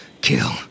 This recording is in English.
kill